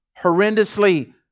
horrendously